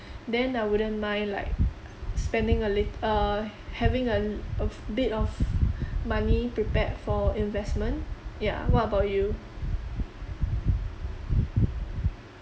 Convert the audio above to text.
then I wouldn't mind like spending a lit~ uh having a li~ a bit of money prepared for investment ya what about you